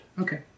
Okay